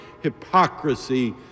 hypocrisy